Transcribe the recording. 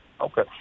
Okay